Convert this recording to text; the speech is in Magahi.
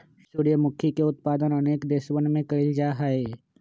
सूर्यमुखी के उत्पादन अनेक देशवन में कइल जाहई